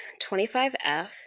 25F